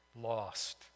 lost